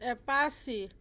apache